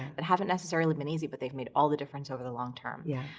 that haven't necessarily been easy but they've made all the difference over the long term. yeah.